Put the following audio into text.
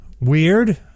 weird